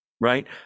right